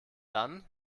dann